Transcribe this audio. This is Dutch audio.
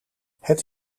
het